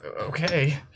Okay